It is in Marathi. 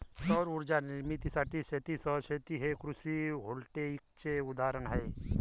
सौर उर्जा निर्मितीसाठी शेतीसह शेती हे कृषी व्होल्टेईकचे उदाहरण आहे